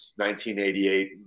1988